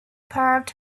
part